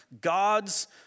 God's